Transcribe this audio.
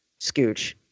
Scooch